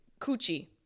coochie